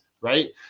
right